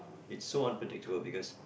it's so unpredictable because